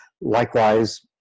Likewise